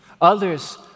Others